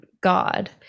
God